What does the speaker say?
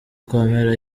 gukomera